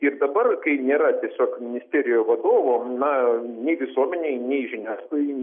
ir dabar kai nėra tiesiog ministerijoj vadovo na nei visuomenei nei žiniasklaidai